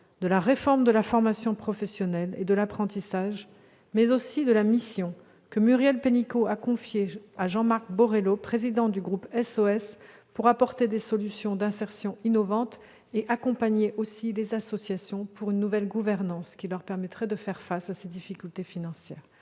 de la réforme de la formation professionnelle et de l'apprentissage, mais aussi de la mission que Muriel Pénicaud a confiée à Jean-Marc Borello, président du Groupe SOS, pour apporter des solutions d'insertion innovantes et accompagner également les associations pour une nouvelle gouvernance, ce qui leur permettrait de faire face à ces difficultés financières.